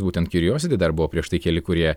būtent kiurijositi dar buvo prieš tai keli kurie